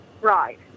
Right